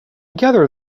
gather